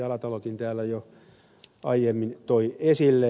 alatalokin täällä jo aiemmin toi esille